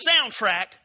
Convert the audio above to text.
soundtrack